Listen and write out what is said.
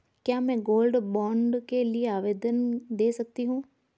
क्या मैं gold bond के लिए आवेदन दे सकती हूँ?